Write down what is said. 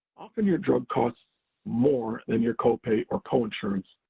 often your drug costs more than your copay or coinsurance,